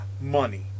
money